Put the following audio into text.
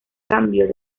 cambio